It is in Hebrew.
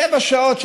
שבע שעות,